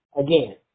again